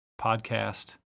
podcast